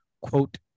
quote